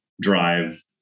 drive